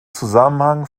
zusammenhang